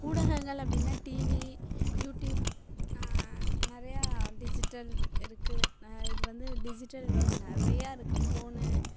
ஊடகங்கள் அப்படின்னா TV YouTube நிறையா டிஜிட்டல் இருக்குது இது வந்து டிஜிட்டல் வேர்டு நிறையா இருக்குது ஃபோனு